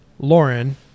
Lauren